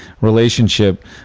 relationship